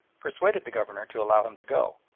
persuaded the governor to allow him to go.